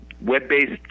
web-based